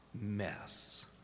mess